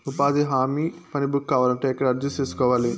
ఉపాధి హామీ పని బుక్ కావాలంటే ఎక్కడ అర్జీ సేసుకోవాలి?